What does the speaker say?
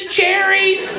cherries